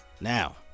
Now